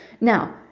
Now